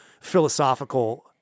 philosophical